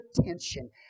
attention